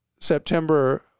September